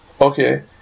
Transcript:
Okay